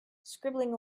scribbling